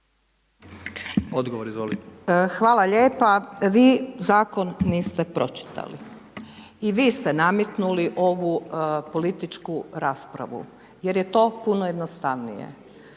Nada (HDZ)** Hvala lijepa. Vi Zakon niste pročitali i vi ste nametnuli ovu političku raspravu, jer je to puno jednostavnije.